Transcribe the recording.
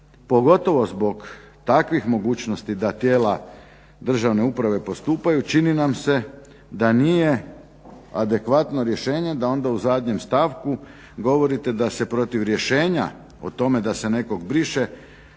Pogotovo zbog takvih mogućnosti da tijela državne uprave postupaju čini nam se da nije adekvatno rješenje da onda u zadnjem stavku govorite da se protiv rješenja o tome da se nekog briše